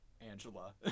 Angela